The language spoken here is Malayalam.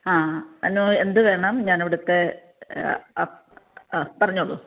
ആ അനു എന്ത് വേണം ഞാൻ ഇവിടുത്തെ അ ആ പറഞ്ഞോളൂ